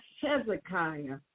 Hezekiah